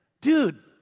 dude